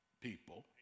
people